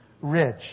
rich